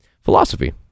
Philosophy